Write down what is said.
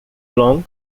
long